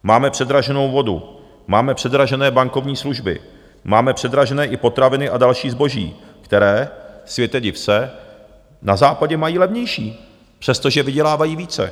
Máme předraženou vodu, máme předražené bankovní služby, máme předražené i potraviny a další zboží, které, světe, div se, na Západě mají levnější, přestože vydělávají více.